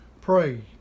pray